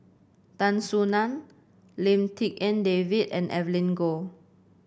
Tan Soo Nan Lim Tik En David and Evelyn Goh